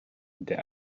der